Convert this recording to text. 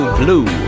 blue